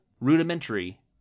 rudimentary